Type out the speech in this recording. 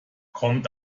kommt